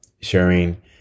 sharing